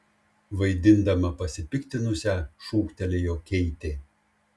vaidindama pasipiktinusią šūktelėjo keitė